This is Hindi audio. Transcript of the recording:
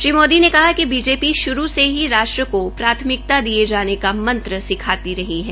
श्री मोदी ने कहा कि बीजेपी शुरू से ही राष्ट्र को प्राथमिकता दिये जाने का मंत्र सिखाती रही है